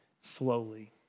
slowly